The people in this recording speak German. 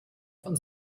von